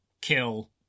kill